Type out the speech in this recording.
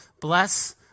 bless